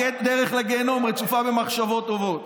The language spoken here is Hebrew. הדרך לגיהינום רצופה במחשבות טובות,